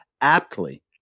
aptly